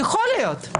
יכול להיות,